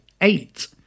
eight